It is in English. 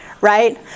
right